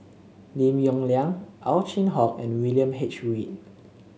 Lim Yong Liang Ow Chin Hock and William H Read